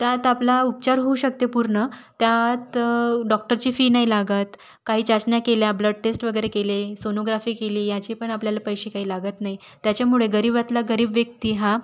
त्यात आपला उपचार होऊ शकते पूर्ण त्यात डॉक्टरची फी नाही लागत काही चाचण्या केल्या ब्लड टेस्ट वगैरे केले सोनोग्राफी केली ह्याची पण आपल्याला पैसे काही लागत नाही त्याच्यामुळे गरीबातला गरीब व्यक्ती हा